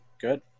Good